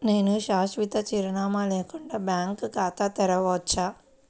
నేను శాశ్వత చిరునామా లేకుండా బ్యాంక్ ఖాతా తెరవచ్చా?